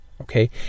Okay